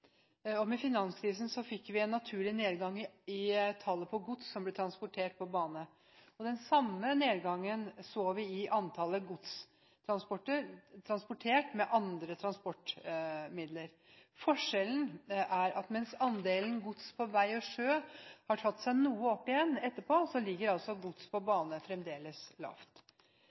terminal. Med finanskrisen fikk vi en naturlig nedgang i tallet på gods som ble transportert på bane. Den samme nedgangen så vi i andelen gods transportert med andre transportmidler. Forskjellen er at mens andelen gods på vei og sjø har tatt seg noe opp igjen etterpå, ligger andelen gods på bane fremdeles lavt.